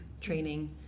training